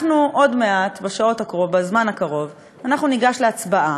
אנחנו עוד מעט, בזמן הקרוב, אנחנו ניגש להצבעה,